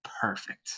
perfect